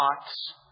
thoughts